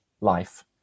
life